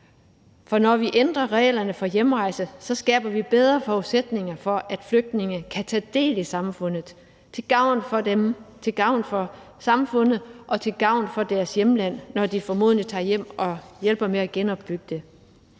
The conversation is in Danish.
For når vi ændrer reglerne for hjemrejse, skaber vi bedre forudsætninger for, at flygtninge kan tage del i samfundet til gavn for dem, til gavn for samfundet og til gavn for deres hjemland, når de formodentlig tager hjem og hjælper med at genopbygge det.